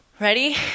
Ready